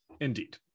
Indeed